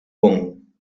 bon